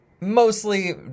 mostly